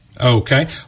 Okay